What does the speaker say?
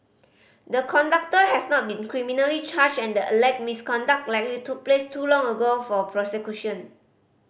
the conductor has not been criminally charged and the alleged misconduct likely took place too long ago for prosecution